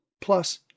plus